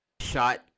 shot